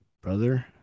brother